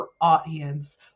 audience